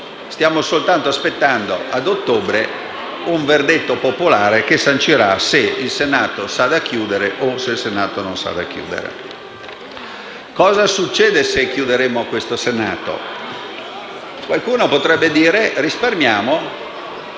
Stiamo soltanto aspettando ad ottobre un verdetto popolare che sancirà se il Senato s'ha da chiudere o non s'ha da chiudere. Cosa succederà se chiuderemo questo Senato? Qualcuno potrebbe dire che risparmieremo